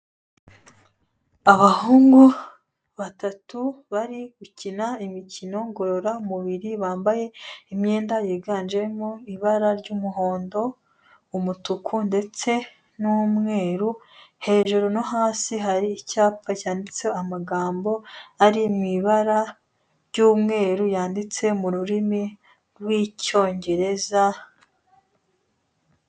Abahungu batatu bari gukina imikino ngororamubiri, bambaye imyenda yiganjemo ibara ry'umuhondo, umutuku ndetse n'umweru hejuru no hasi, hari icyapa cyanditseho amagambo ari mu ibara ry'umweru yanditse mu rurimi rw'Icyongereza.